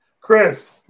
Chris